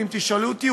ואם תשאלו אותי,